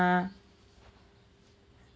uh